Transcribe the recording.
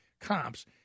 comps